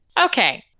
Okay